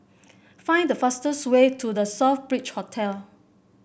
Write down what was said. find the fastest way to The Southbridge Hotel